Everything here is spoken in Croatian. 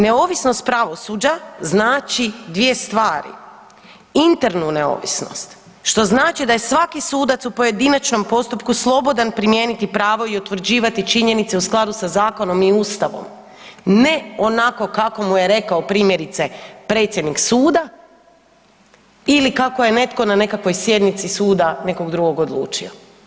Neovisnost pravosuđa znači dvije stvari: internu neovisnost što znači da je svaki sudac u pojedinačnom postupku slobodan primijeniti pravo i utvrđivati činjenice u skladu sa zakonom i Ustavom, ne onako kako mu je rekao primjerice predsjednik suda ili kao je netko na nekakvoj sjednici suda nekog drugog odlučio.